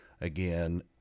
Again